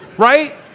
right?